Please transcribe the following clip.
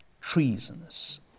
treasonous